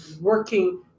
working